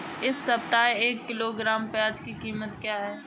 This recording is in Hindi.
इस सप्ताह एक किलोग्राम प्याज की कीमत क्या है?